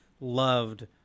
loved